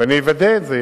ואני אוודא את זה,